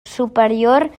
superior